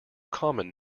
common